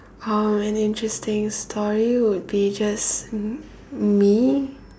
how my interesting story would be just me